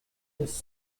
his